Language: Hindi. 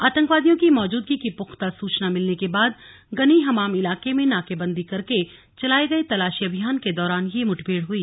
आतंकवादियों की मौजूदगी की पुख्ता सूचना मिलने के बाद गनी हमाम इलाके में नाकेबंदी करके चलाये गये तलाशी अभियान के दौरान ये मुठभेड़ हुई